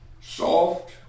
soft